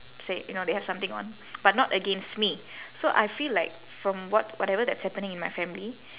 say you know they have something on but not against me so I feel like from what whatever that's happening in my family